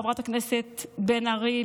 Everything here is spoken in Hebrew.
חברת הכנסת בן ארי,